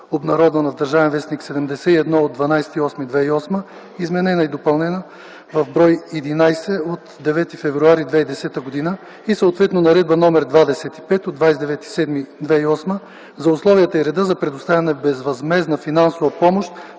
вестник”, бр. 71 от 12.08.2008 г., изменена и допълнена в бр. 11 от 9 февруари 2010 г., и съответно Наредба № 25 от 29.07.2008 г. за условията и реда за предоставяне на безвъзмездна финансова помощ